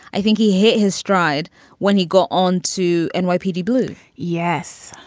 i think he hit his stride when he got on to and nypd blue yes.